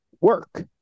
work